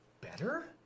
better